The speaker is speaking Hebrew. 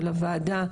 של הוועדה,